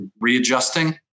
readjusting